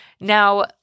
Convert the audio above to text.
Now